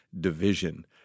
division